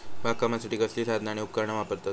बागकामासाठी कसली साधना आणि उपकरणा वापरतत?